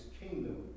kingdom